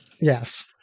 Yes